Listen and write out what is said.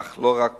אך לא רק בהם,